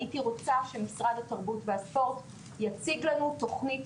הייתי רוצה שמשרד התרבות והספורט יציג לנו תוכנית